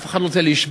אף אחד לא רוצה לשבות,